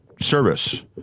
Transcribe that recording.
service